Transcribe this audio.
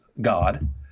God